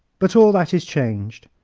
but all that is changed.